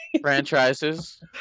Franchises